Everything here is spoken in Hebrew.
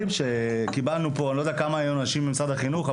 אני לא יודע כמה היו אנשים ממשרד החינוך.